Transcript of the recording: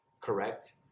correct